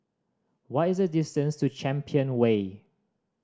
what is the distance to Champion Way